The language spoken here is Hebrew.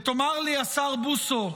ותאמר לי, השר בוסו,